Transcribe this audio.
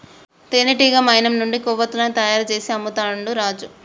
తేనెటీగ మైనం నుండి కొవ్వతులను తయారు చేసి అమ్ముతాండు రాజు